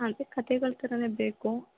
ಹಾಂ ಅದೆ ಕತೆಗಳು ಥರವೇ ಬೇಕು